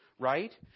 Right